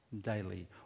daily